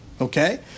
Okay